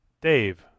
Dave